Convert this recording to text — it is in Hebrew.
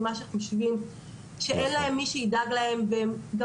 כי אין נתונים של